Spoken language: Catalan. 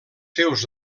seus